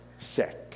sick